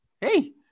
Hey